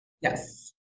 Yes